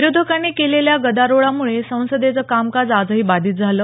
विरोधकांनी केलेल्या गदारोळामुळे संसदेचं कामकाज आजही बाधित झालं